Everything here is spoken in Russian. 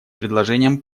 предложением